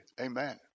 Amen